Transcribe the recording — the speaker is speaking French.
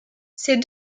ces